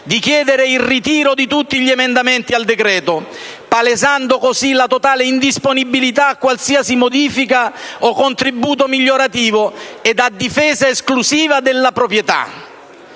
di chiedere il ritiro di tutti gli emendamenti al decreto, palesando così la totale indisponibilità a qualsiasi modifica o contributo migliorativo ed a difesa esclusiva della proprietà.